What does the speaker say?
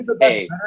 hey